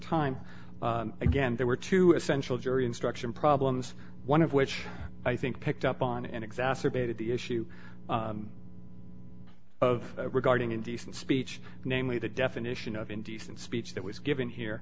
time again there were two essential jury instruction problems one of which i think picked up on and exacerbated the issue of regarding indecent speech namely the definition of indecent speech that was given here